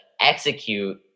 execute